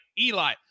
Eli